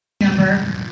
number